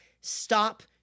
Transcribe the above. Stop